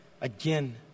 again